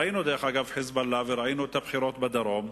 ראינו דרך אגב את "חיזבאללה" ואת הבחירות בדרום,